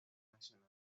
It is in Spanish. nacional